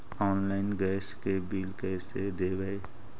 Online gas के bill कैसे देबै?